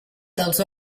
dels